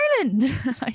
Ireland